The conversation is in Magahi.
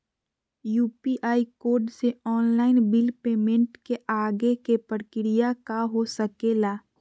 यू.पी.आई कोड से ऑनलाइन बिल पेमेंट के आगे के प्रक्रिया का हो सके ला?